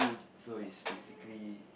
so is basically